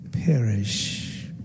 perish